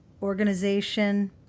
organization